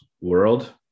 world